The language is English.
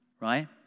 right